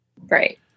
Right